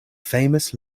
famous